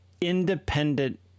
independent